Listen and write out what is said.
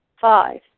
Five